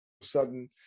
sudden